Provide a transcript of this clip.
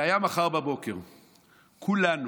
והיה ומחר בבוקר כולנו,